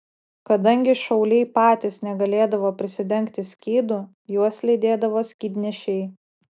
kadangi šauliai patys negalėdavo prisidengti skydu juos lydėdavo skydnešiai